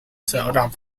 seorang